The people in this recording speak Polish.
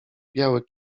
biały